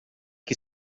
que